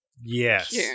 Yes